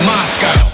Moscow